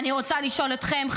אני רוצה לשאול אתכם,